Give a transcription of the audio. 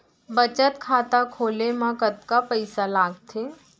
बचत खाता खोले मा कतका पइसा लागथे?